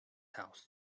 house